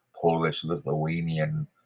Polish-Lithuanian